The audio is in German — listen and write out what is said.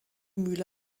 mühle